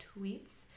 Tweets